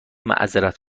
معذرت